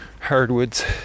hardwoods